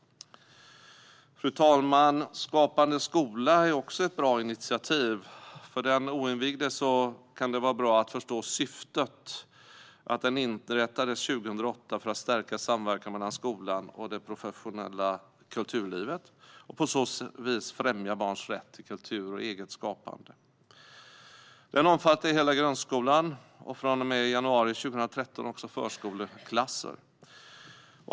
Fru talman! Skapande skola är också ett bra initiativ. För den oinvigde kan det vara bra att förstå syftet. Skapande skola inrättades 2008 för att stärka samverkan mellan skolan och det professionella kulturlivet. På så vis främjas barns rätt till kultur och eget skapande. Skapande skola omfattar hela grundskolan och från och med januari 2013 också förskoleklasser.